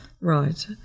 Right